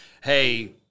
hey